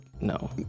no